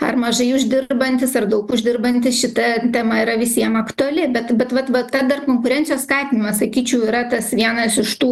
ar mažai uždirbantis ar daug uždirbantis šita tema yra visiem aktuali bet bet vat va ta dar konkurencijos skatinamas sakyčiau yra tas vienas iš tų